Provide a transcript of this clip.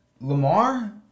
Lamar